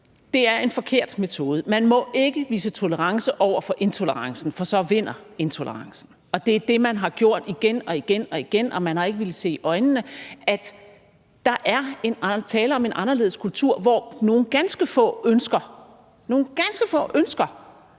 Det er en forkert metode. Man må ikke vise tolerance over for intolerancen, for så vinder intolerancen, og det er det, man har gjort igen og igen, og man har ikke villet se i øjnene, at der er tale om en anderledes kultur, hvor nogle ganske få – nogle ganske få – ønsker